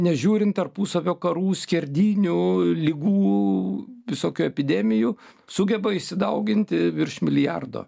nežiūrint tarpusavio karų skerdynių ligų visokių epidemijų sugeba įsidauginti virš milijardo